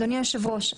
אדוני היושב-ראש,